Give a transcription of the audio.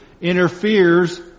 interferes